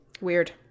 Weird